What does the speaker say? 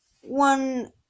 one